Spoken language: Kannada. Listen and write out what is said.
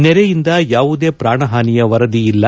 ನೆರೆಯಿಂದ ಯಾವುದೇ ಪ್ರಾಣಪಾನಿಯ ವರದಿ ಇಲ್ಲ